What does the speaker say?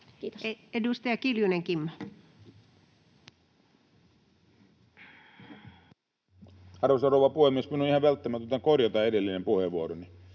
Kiitos. Edustaja Kiljunen, Kimmo. Arvoisa rouva puhemies! Minun on ihan välttämätöntä korjata edellinen puheenvuoroni.